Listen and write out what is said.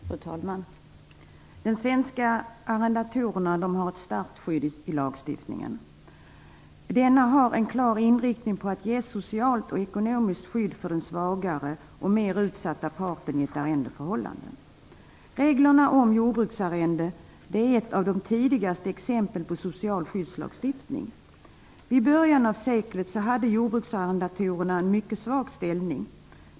Fru talman! De svenska arrendatorerna har ett starkt skydd i lagstiftningen. Denna har en klar inriktning på att ge socialt och ekonomiskt skydd för den svagare och mer utsatta parten i ett arrendeförhållande. Reglerna om jordbruksarrende är ett av de tidigaste exemplen på social skyddslagstiftning. Vid början av seklet hade jordbruksarrendatorerna en mycket svag ställning.